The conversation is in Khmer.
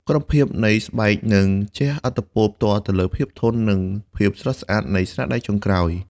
គុណភាពនៃស្បែកនឹងជះឥទ្ធិពលផ្ទាល់ទៅលើភាពធន់និងភាពស្រស់ស្អាតនៃស្នាដៃចុងក្រោយ។